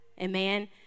Amen